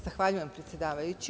Zahvaljujem, predsedavajući.